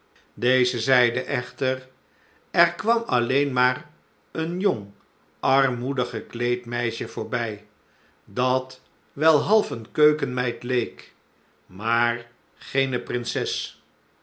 deze zeiden echter er kwam alleen maar een jong armoedig gekleed meisje voorbij dat wel half een keukenmeid leek maar geene prinses